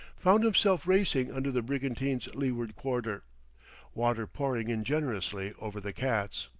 found himself racing under the brigantine's leeward quarter water pouring in generously over the cat's.